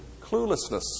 cluelessness